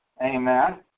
amen